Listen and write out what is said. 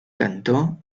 cantó